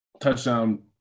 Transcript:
touchdown